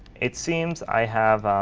it seems i have